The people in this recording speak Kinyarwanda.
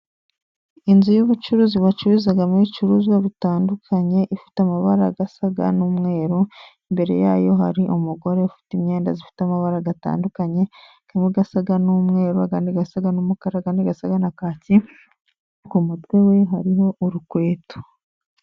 Inzu y'ubucuruzi bacururizamo ibicuruzwa bitandukanye, ifite amabara asa n'umweru, imbere yayo hari umugore ufite imyenda ifite amabara atandukanye, amwe asa n'umweru andi asa n'umukara, n'andi asa na kaki ku mutwe we hariho urukweto.